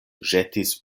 ĵetis